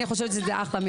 אני חושבת שזה אחלה מינוי.